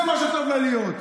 זה מה שטוב לה להיות.